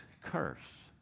curse